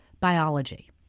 biology